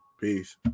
peace